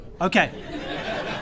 Okay